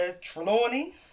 Trelawney